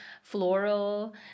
floral